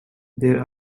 there